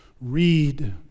read